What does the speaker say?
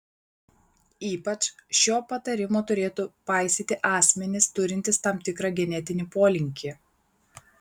ypač šio patarimo turėtų paisyti asmenys turintys tam tikrą genetinį polinkį